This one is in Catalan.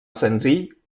senzill